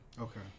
Okay